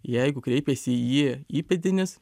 jeigu kreipiasi į jį įpėdinis